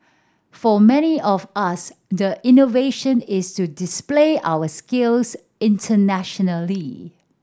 for many of us the innovation is to display our skills internationally